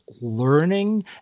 learning